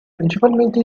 principalmente